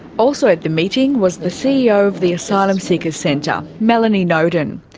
also at the meeting was the ceo of the asylum seekers centre, melanie noden.